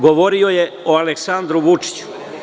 Govorio je o Aleksandru Vučiću.